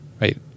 right